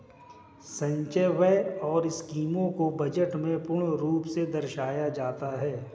संचय व्यय और स्कीमों को बजट में पूर्ण रूप से दर्शाया जाता है